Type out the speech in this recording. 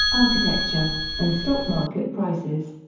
architecture, and stock market prices.